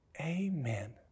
amen